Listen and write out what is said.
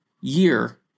year